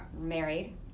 married